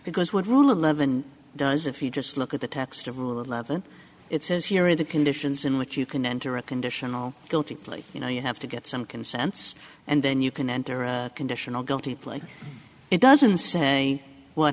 because what rule eleven does if you just look at the text of rule eleven it says here are the conditions in which you can enter a conditional guilty plea you know you have to get some consents and then you can enter a conditional guilty plea it doesn't say what